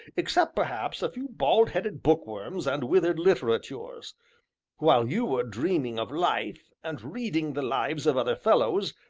except, perhaps, a few bald-headed bookworms and withered litterateurs? while you were dreaming of life, and reading the lives of other fellows,